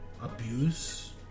abuse